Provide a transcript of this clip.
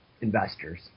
investors